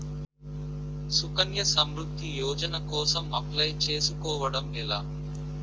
సుకన్య సమృద్ధి యోజన కోసం అప్లయ్ చేసుకోవడం ఎలా?